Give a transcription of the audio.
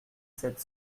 sept